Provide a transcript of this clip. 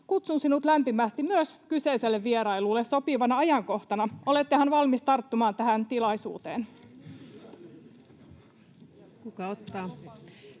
kutsun lämpimästi myös sinut kyseiselle vierailulle sopivana ajankohtana. Olettehan valmis tarttumaan tähän tilaisuuteen?